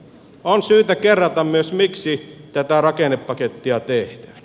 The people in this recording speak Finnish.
on syytä kerrata myös miksi tätä rakennepakettia tehdään